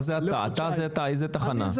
איזו תחנה?